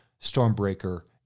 Stormbreaker